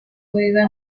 juega